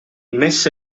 messa